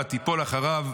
ותיפול אחריו,